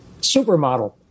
Supermodel